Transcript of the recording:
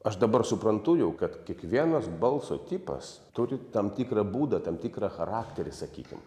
aš dabar suprantu jau kad kiekvienas balso tipas turi tam tikrą būdą tam tikrą charakterį sakykim